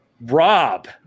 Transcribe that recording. Rob